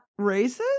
racist